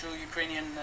Ukrainian